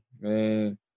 man